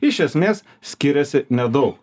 iš esmės skiriasi nedaug